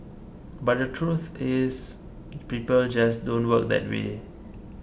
but the truth is people just don't work that way